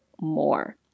more